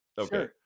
Okay